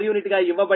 u గా ఇవ్వబడింది